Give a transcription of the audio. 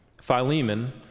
Philemon